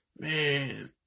Man